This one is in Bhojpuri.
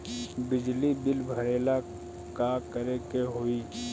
बिजली बिल भरेला का करे के होई?